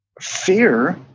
fear